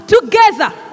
Together